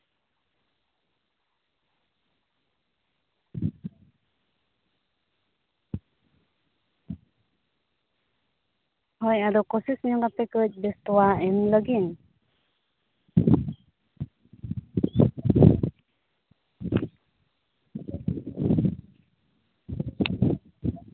ᱦᱳᱭ ᱟᱫᱚ ᱠᱳᱭᱥᱤᱥ ᱧᱚᱜᱟᱯᱮ ᱠᱟᱺᱪ ᱵᱮᱥ ᱛᱚᱣᱟ ᱮᱢ ᱞᱟᱹᱜᱤᱫ